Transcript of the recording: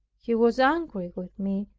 he was angry with me,